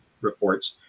reports